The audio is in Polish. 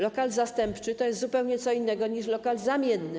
Lokal zastępczy to jest zupełnie co innego niż lokal zamienny.